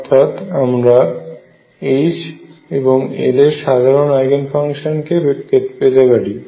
অর্থাৎ আমরা H এবং L এর সাধারণ আইগেন ফাংশন কে পেতে পারি